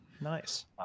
Nice